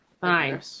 fine